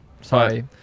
Sorry